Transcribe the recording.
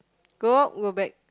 go out go back